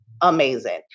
amazing